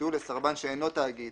יומצאו לסרבן שאינו תאגיד